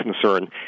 concern